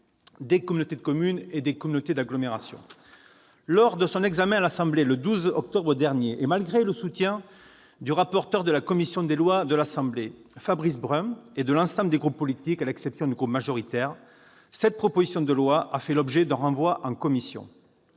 des communautés de communes et des communautés d'agglomération. Lors de son examen par l'Assemblée nationale, le 12 octobre 2017, et malgré le soutien du rapporteur de la commission des lois de l'Assemblée nationale, Fabrice Brun, ainsi que de l'ensemble des groupes politiques, à l'exception du groupe majoritaire, cette proposition de loi a fait l'objet d'un renvoi en commission.